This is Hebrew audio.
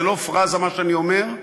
וזה לא פראזה מה שאני אומר,